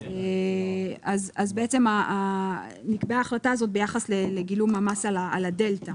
אז בעצם נקבעה ההחלטה הזו ביחד לגילום המס על הדלתא,